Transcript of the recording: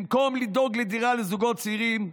במקום לדאוג לדירה לזוגות צעירים,